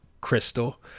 crystal